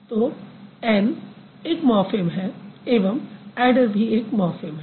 तो ऐन एक मॉर्फ़िम है एवं ऐडर भी एक मॉर्फ़िम है